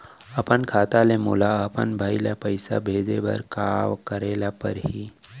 अपन खाता ले मोला अपन भाई ल पइसा भेजे बर का करे ल परही?